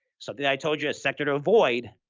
something i told you, a sector to avoid,